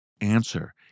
Answer